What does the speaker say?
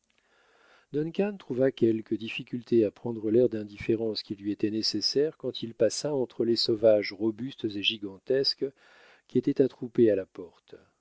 trouva quelque difficulté à prendre l'air d'indifférence qui lui était nécessaire quand il passa entre les sauvages robustes et gigantesques qui étaient attroupés à la porte